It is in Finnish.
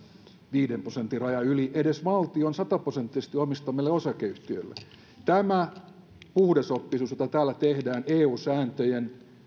viiden prosentin rajan yli edes valtion sata prosenttisesti omistamille osakeyhtiöille tämä puhdasoppisuus jota täällä tehdään eu sääntöjen